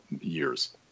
years